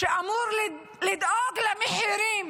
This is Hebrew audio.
שאמור לדאוג למחירים